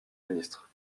ministre